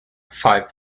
five